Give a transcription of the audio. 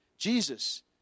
Jesus